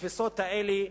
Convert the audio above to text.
התפיסות האלה,